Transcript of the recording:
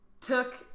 took